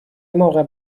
موقع